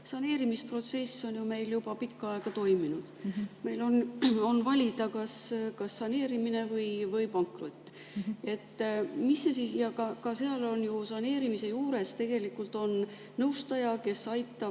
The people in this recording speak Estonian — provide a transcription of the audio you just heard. Saneerimisprotsess on meil juba pikka aega toiminud. Meil on valida, kas saneerimine või pankrot. Ja ka saneerimise juures tegelikult on ju nõustaja, kes aitab